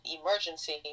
emergency